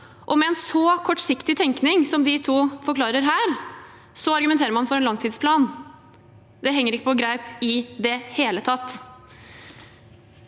dag. Med en så kortsiktig tenkning som de to forklarer her, argumenterer man for en langtidsplan. Det henger ikke på greip i det hele tatt.